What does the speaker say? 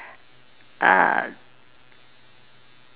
err